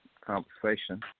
conversation